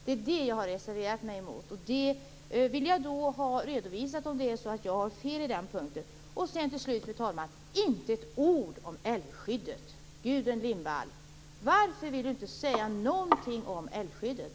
Det är det som jag har reserverat mig mot. Och jag vill ha redovisat om jag har fel på den punkten. Fru talman! Till slut. Gudrun Lindvall sade inte ett ord om älvskyddet. Varför vill Gudrun Lindvall inte säga någonting om älvskyddet?